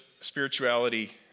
spirituality